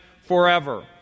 forever